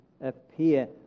appear